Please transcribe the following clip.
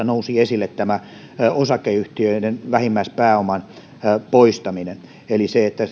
nousi esille tämä osakeyhtiöiden vähimmäispääoman poistaminen eli se että